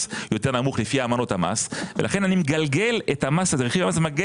יותר נמוך לפי אמנות המס ולכן אני מגלגל את המס עליך.